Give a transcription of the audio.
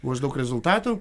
maždaug rezultatų